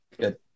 Good